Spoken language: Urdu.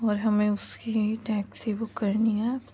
اور ہمیں اس کی ٹیکسی بک کرنی ہے